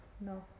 no